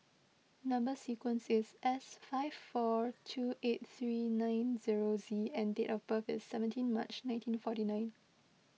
Number Sequence is S five four two eight three nine zero Z and date of birth is seventeen March nineteen forty nine